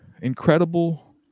incredible